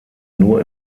nur